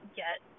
get